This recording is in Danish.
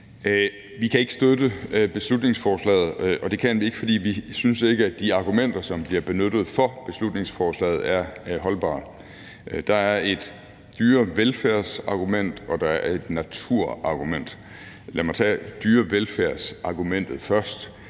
Vi kan ikke støtte beslutningsforslaget, og det kan vi ikke, fordi vi ikke synes, at argumenterne for beslutningsforslaget er holdbare. Der er et dyrevelfærdsargument, og der er et naturargument, og lad mig tage dyrevelfærdsargumentet først.